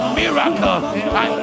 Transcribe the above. miracle